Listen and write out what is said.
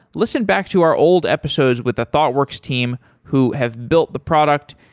listen back to our old episodes with the thoughtworks team, who have built the product.